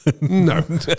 No